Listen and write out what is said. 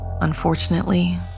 Unfortunately